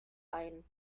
ein